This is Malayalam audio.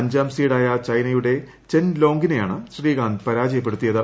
അഞ്ചാം സീഡായ ചൈനയുടെ ചെൻ ലോംഗിനെയാണ് ശ്രീകാന്ത് പരാജയപ്പെടുത്തിയത്